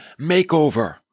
makeover